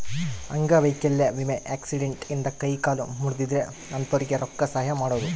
ಅಂಗವೈಕಲ್ಯ ವಿಮೆ ಆಕ್ಸಿಡೆಂಟ್ ಇಂದ ಕೈ ಕಾಲು ಮುರ್ದಿದ್ರೆ ಅಂತೊರ್ಗೆ ರೊಕ್ಕ ಸಹಾಯ ಮಾಡೋದು